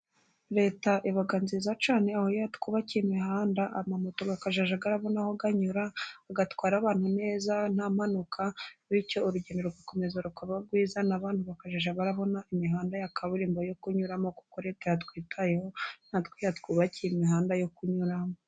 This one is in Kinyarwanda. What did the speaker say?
Leta iba nziza cyane oha yatwubakiye imihanda, amamoto akajya arabona aho aranyura, agatwara abantu neza nta mpanuka, bityo urugendo rugakomeza rukaba rwiza n'abantu bakajya barabona imihanda ya kaburimbo yo kunyuramo, kuko Leta yatwitayeho inaha ikatwubakira imihanda yo kunyuramo.